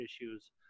issues